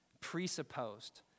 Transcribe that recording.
presupposed